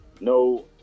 No